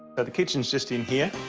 ah the kitchen is just in here.